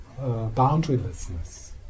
boundarylessness